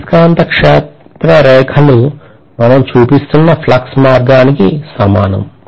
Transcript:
అయస్కాంత క్షేత్ర రేఖలు మనం చూపిస్తున్న ఫ్లక్స్ మార్గానికి సమానం